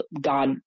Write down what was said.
god